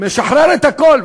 משחרר את הכול.